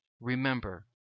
remember